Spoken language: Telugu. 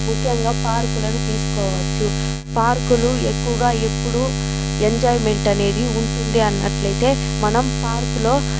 ముఖ్యంగా పార్కు లను తీసుకోవచ్చు పార్కులు ఎక్కువగా ఎప్పుడు ఎంజాయిమెంట్ అనేది ఉంటుంది అన్నట్లయితే మనం పార్కు లో